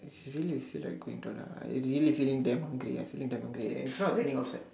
if you really feel like going toilet ah I really feeling damn hungry I feel like damn hungry and it's not raining outside